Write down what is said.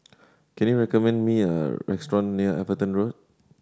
can you recommend me a restaurant near Everton Road